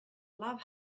love